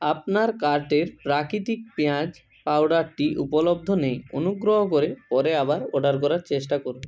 আপনার কার্টের প্রাকৃতিক পেঁয়াজ পাউডারটি উপলব্ধ নেই অনুগ্রহ করে পরে আবার অর্ডার করার চেষ্টা করুন